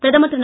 பிரதமர் திரு